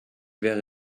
wäre